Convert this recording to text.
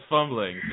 Fumbling